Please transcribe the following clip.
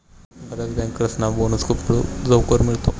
बर्याच बँकर्सना बोनस खूप लवकर मिळतो